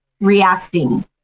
reacting